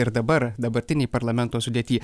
ir dabar dabartinėj parlamento sudėty